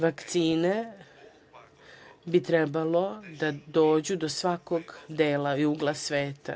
Vakcine bi trebalo da dođu do svakog dela i ugla sveta.